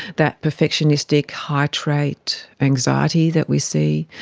that perfectionistic high trait anxiety that we see,